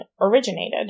originated